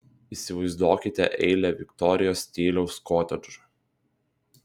įsivaizduokite eilę viktorijos stiliaus kotedžų